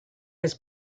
his